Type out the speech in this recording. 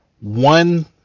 one